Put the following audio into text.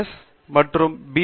S வடிவமைப்பு மற்றும் B